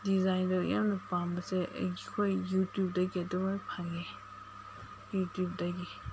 ꯗꯤꯖꯥꯏꯟꯗꯨ ꯌꯥꯝꯅ ꯄꯥꯝꯕꯁꯦ ꯑꯩꯈꯣꯏ ꯌꯨꯇꯨꯞꯇꯒꯤ ꯑꯗꯨꯃꯛ ꯐꯪꯏ ꯌꯨꯇꯨꯞꯇꯒꯤ